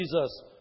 Jesus